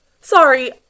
Sorry